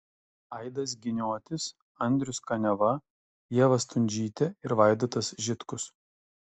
aidas giniotis andrius kaniava ieva stundžytė ir vaidotas žitkus